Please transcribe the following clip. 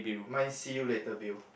mine's see you later Bill